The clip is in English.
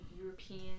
European